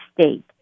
state